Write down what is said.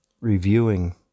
reviewing